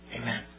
Amen